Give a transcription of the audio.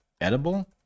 edible